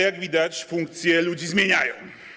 Jak widać, funkcje ludzi zmieniają.